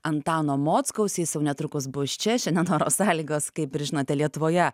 antano mockaus jis jau netrukus bus čia šiandien oro sąlygos kaip ir žinote lietuvoje